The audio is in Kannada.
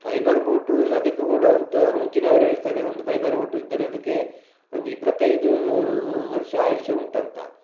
ಫೈಬರ್ ಬೋಟು ಇದು ಅದಕ್ಕೆ ಕೂಡ ಅಂತೂ ಮುಂಚಿನವರು ಹೇಳ್ತಾರೆ ಒಂದು ಫೈಬರ್ ಬೋಟು ಇದ್ದರೆ ಅದಕ್ಕೆ ಒಂದು ಇಪ್ಪತ್ತೈದು ವರ್ಷ ಆಯುಷ್ಯ ಉಂಟಂತ